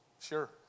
sure